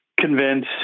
convince